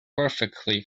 perfectly